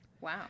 wow